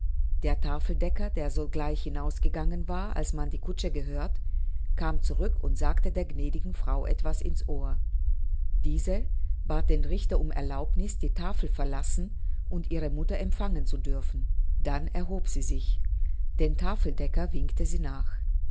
der tafeldecker der sogleich hinausgegangen war als man die kutsche gehört kam zurück und sagte der gnädigen frau etwas in's ohr diese bat den richter um erlaubniß die tafel verlassen und ihre mutter empfangen zu dürfen dann erhob sie sich den tafeldecker winkte sie nach